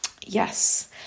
yes